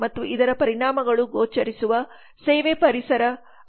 ಮತ್ತು ಇದರ ಪರಿಣಾಮಗಳು ಗೋಚರಿಸುವ ಸೇವೆ ಪರಿಸರ ಆಗಿದೆ